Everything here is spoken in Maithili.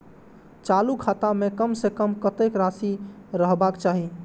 चालु खाता में कम से कम कतेक राशि रहबाक चाही?